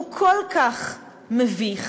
הוא כל כך מביך,